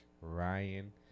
Ryan